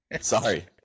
Sorry